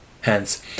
Hence